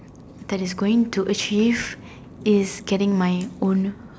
that is going to achieve is getting my own